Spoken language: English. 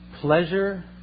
pleasure